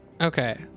Okay